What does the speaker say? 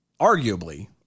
arguably